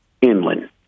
inland